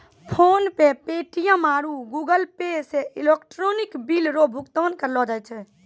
PhonePe Paytm आरु Google Pay से electronic bill रो भुगतान करलो जाय छै